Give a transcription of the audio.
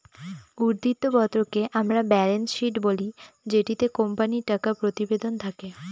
উদ্ধৃত্ত পত্রকে আমরা ব্যালেন্স শীট বলি যেটিতে কোম্পানির টাকা প্রতিবেদন থাকে